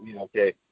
okay